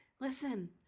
Listen